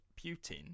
Putin